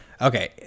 okay